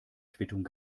quittung